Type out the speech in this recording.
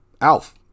ALF